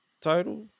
title